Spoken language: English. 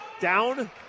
Down